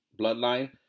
bloodline